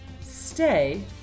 stay